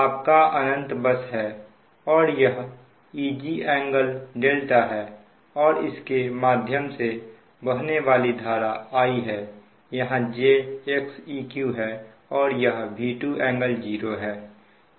आपका अनंत बस है और यह Eg∟δ है और इसके माध्यम से बहने वाली धारा I है यह j Xeq है और यह V2∟0 है